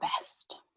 best